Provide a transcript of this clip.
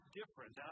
different